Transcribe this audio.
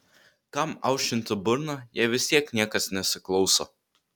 kam aušinti burną jei vis tiek niekas nesiklauso